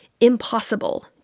impossible